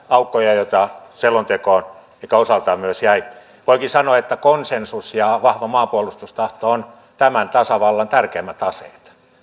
aukkoja joita selontekoon ehkä osaltaan myös jäi voikin sanoa että konsensus ja vahva maanpuolustustahto ovat tämän tasavallan tärkeimmät aseet